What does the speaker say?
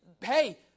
Hey